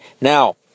Now